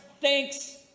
thanks